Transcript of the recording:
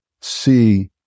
see